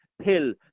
pill